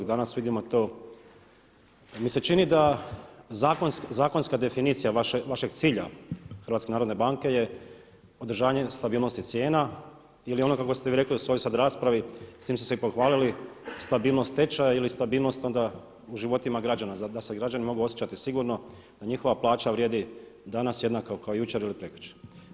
I danas vidimo to, pa mi se čini da zakonska definicija vašeg cilja HNB-a je održavanje stabilnosti cijena ili ono kako ste vi rekli u svojoj sad raspravi, s tim ste se i pohvalili stabilnost tečaja ili stabilnost onda u životima građana, da se građani mogu osjećati sigurno, da njihova plaća vrijedi danas jednako kao jučer ili prekjučer.